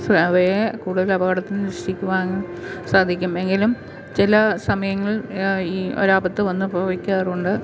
അവയെ കൂടുതൽ അപകടത്തില്നിന്നു രക്ഷിക്കുവാനും സാധിക്കും എങ്കിലും ചില സമയങ്ങൾ ഈ ഒരാപത്ത് വന്നപ്പോ ക്കാറുണ്ട്